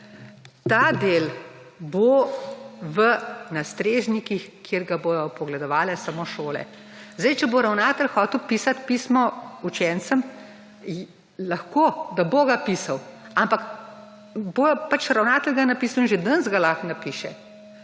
Ta del bo na strežnikih, kjer ga bodo vpogledovale samo šole. Če bo ravnatelj hotel pisati pismo učencem, ga bo lahko pisal, ga bo pač ravnatelj napisal. In že danes ga lahko napiše,